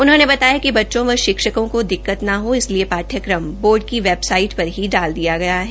उन्होंने बताया कि बच्चों व शिक्षकों को दिक्कत न हो इसलिए आठ्यक्रम बोर्ड की वेबसाइट सर भी डाल दिया गया है